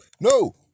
no